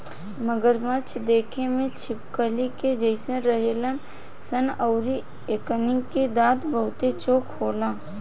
मगरमच्छ देखे में छिपकली के जइसन होलन सन अउरी एकनी के दांत बहुते चोख होला